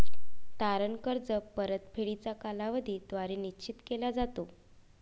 तारण कर्ज परतफेडीचा कालावधी द्वारे निश्चित केला जातो